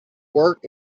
work